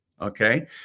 okay